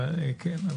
כן.